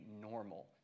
normal